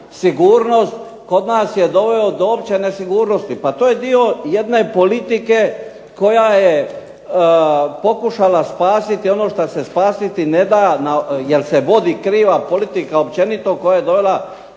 sigurnost. Kod nas je doveo do opće nesigurnosti. Pa to je dio jedne politike koja je pokušala spasiti ono što se spasiti ne da, jer se vodi kriva politika općenito koja je dovela